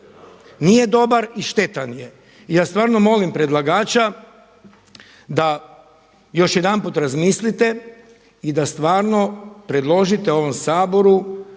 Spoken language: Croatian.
nije dobar i štetan je. I ja stvarno molim predlagača da još jedanput razmislite i da stvarno predložite ovom Saboru